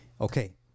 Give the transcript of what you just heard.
Okay